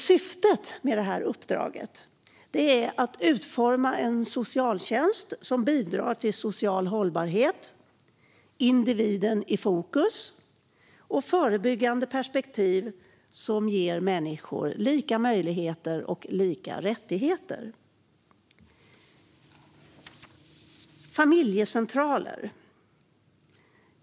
Syftet med detta uppdrag är att utforma en socialtjänst som bidrar till social hållbarhet, individen i fokus och ett förebyggande perspektiv som ger människor lika möjligheter och lika rättigheter.